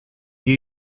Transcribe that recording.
new